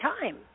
time